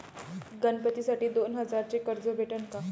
गणपतीसाठी दोन हजाराचे कर्ज भेटन का?